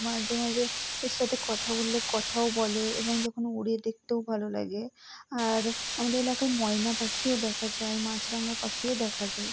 মাঝে মাঝে এর সাথে কথা বললে কথাও বলে এবং যখন ওড়ে দেখতেও ভালো লাগে আর আমাদের এলাকায় ময়না পাখিও দেখা যায় মাছরাঙা পাখিও দেখা যায়